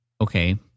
okay